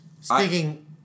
Speaking